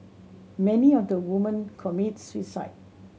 many of the woman commit suicide